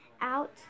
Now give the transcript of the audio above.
out